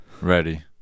Ready